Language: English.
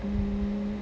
mm